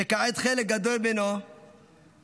שכעת חלק גדול ממנו שרוף.